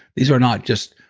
these are not just